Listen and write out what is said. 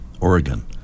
Oregon